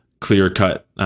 Clear-cut